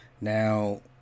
Now